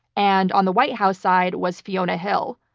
and on the white house side was fiona hill,